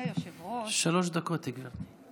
שלוש דקות, גברתי.